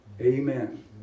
Amen